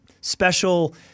special